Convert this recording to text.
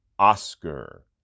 Oscar